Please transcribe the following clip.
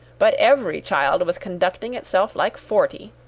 but every child was conducting itself like forty.